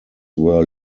were